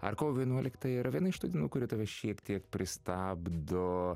ar kovo vienuoliktąją yra viena iš tų dienų kuri tave šiek tiek pristabdo